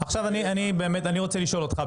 אני רוצה לשאול אותך,